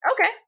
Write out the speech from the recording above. Okay